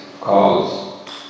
calls